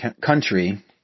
country